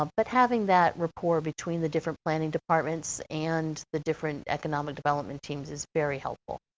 ah but having that rapport between the different planning departments and the different economic development teams is very helpful.